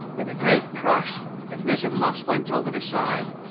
with a great crash the mizzen mast went over the side,